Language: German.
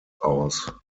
aus